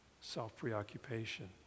self-preoccupation